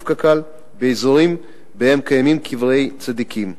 קק"ל באזורים שבהם קיימים קברי צדיקים,